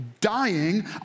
dying